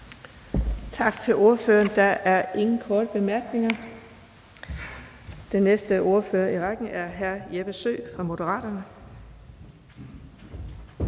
Tak til ordføreren. Der er ingen korte bemærkninger. Den næste ordfører i rækken er hr. Jeppe Søe fra Moderaterne.